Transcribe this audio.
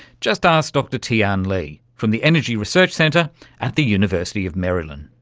just ask dr tian li from the energy research centre at the university of maryland.